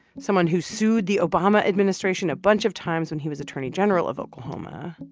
someone who sued the obama administration a bunch of times when he was attorney general of oklahoma,